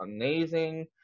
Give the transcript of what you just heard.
amazing